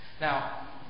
Now